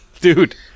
Dude